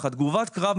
הדברים.